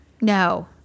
No